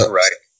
right